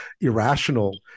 irrational